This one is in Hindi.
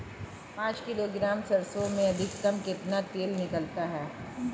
पाँच किलोग्राम सरसों में अधिकतम कितना तेल निकलता है?